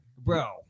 Bro